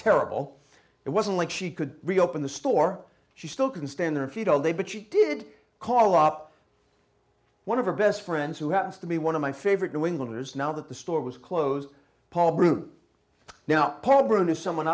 terrible it wasn't like she could reopen the store she still couldn't stand their feet all day but she did call up one of her best friends who happens to be one of my favorite new englanders now that the store was closed